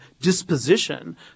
disposition